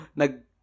nag-